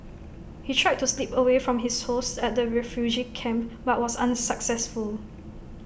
he tried to slip away from his hosts at the refugee camp but was unsuccessful